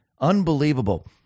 Unbelievable